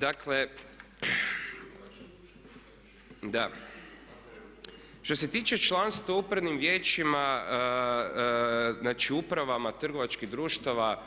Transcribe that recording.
Dakle da, što se tiče članstva u upravnim vijećima, znači upravama trgovačkih društava